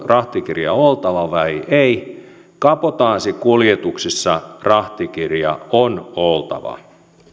rahtikirja oltava vai ei ei kabotaasikuljetuksissa rahtikirja on oltava